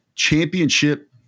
championship